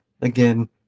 again